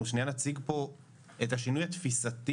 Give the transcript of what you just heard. אנחנו נציג פה את השינוי התפיסתי,